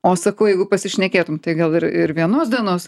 o sakau jeigu pasišnekėtum tai gal ir ir vienos dienos